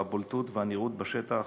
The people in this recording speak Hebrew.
הבולטות והנראות בשטח,